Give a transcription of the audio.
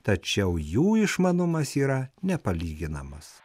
tačiau jų išmanumas yra nepalyginamas